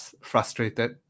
frustrated